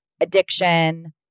addiction